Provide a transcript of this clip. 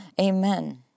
amen